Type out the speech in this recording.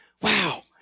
wow